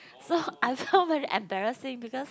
so I felt very embarrassing because